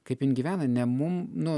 kaip jin gyvena ne mum nu